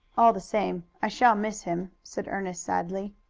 all the same i shall miss him, said ernest sadly.